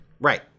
Right